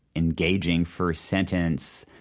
engaging first sentence,